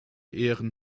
ehren